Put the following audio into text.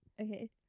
Okay